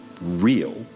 real